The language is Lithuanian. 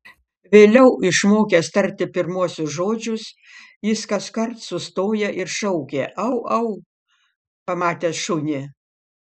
vėliau išmokęs tarti pirmuosius žodžius jis kaskart sustoja ir šaukia au au pamatęs šunį